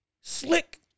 slick